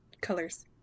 Colors